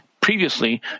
Previously